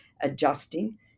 adjusting